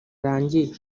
arangiye